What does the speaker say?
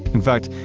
in fact,